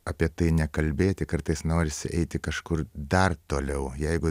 apie tai nekalbėti kartais norisi eiti kažkur dar toliau jeigu